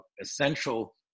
essential